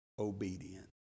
obedient